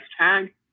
tag